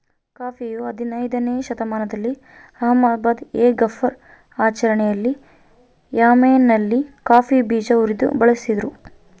ಕಾಫಿಯು ಹದಿನಯ್ದನೇ ಶತಮಾನದಲ್ಲಿ ಅಹ್ಮದ್ ಎ ಗಫರ್ ಆಚರಣೆಯಲ್ಲಿ ಯೆಮೆನ್ನಲ್ಲಿ ಕಾಫಿ ಬೀಜ ಉರಿದು ಬಳಸಿದ್ರು